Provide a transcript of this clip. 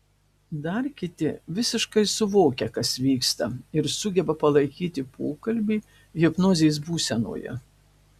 dar kiti visiškai suvokia kas vyksta ir sugeba palaikyti pokalbį hipnozės būsenoje